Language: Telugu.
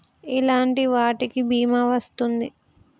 ఎలాంటి వాటికి బీమా వస్తుంది?